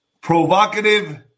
provocative